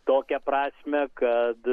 tokią prasmę kad